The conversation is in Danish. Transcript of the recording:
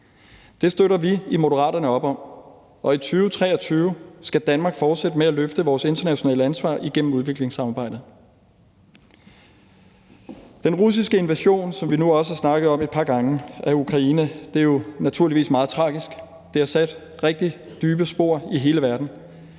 Det støtter vi i Moderaterne op om, og i 2023 skal Danmark fortsætte med at løfte vores internationale ansvar igennem udviklingssamarbejdet. Den russiske invasion af Ukraine, som vi nu også har snakket om et par gange, er naturligvis meget tragisk. Det har sat rigtig dybe spor i hele verden.